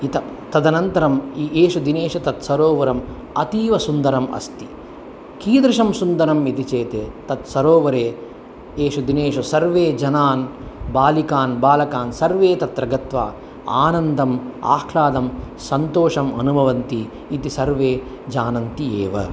इत तदनन्तरम् एषु तत् सरोवरम् अतीव सुन्दरम् अस्ति कीदृशं सुन्दरम् इति चेत् तत् सरोवरे एषु दिनेषु सर्वे जनान् बालिकान् बालकान् सर्वे तत्र गत्वा आनन्दम् आह्लादं सन्तोषम् अनुभवन्ति इति सर्वे जानन्ति एव